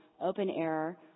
open-air